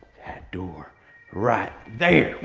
door right there.